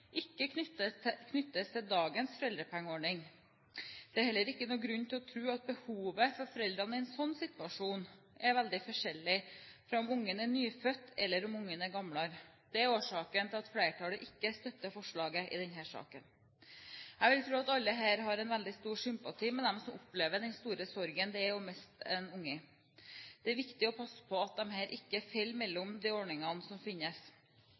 ikke knyttes til dagens foreldrepengeordning. Det er heller ikke noen grunn til å tro at behovet for foreldrene i en sånn situasjon er veldig forskjellig om barnet er nyfødt eller om barnet er eldre. Det er årsaken til at flertallet ikke støtter forslaget i denne saken. Jeg vil tro at alle her har en veldig stor sympati med dem som opplever den store sorgen det er å miste et barn. Det er viktig å passe på at disse ikke faller mellom de ordningene som finnes.